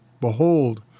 Behold